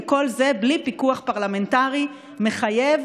וכל זה בלי פיקוח פרלמנטרי מחייב.